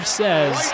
says